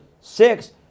six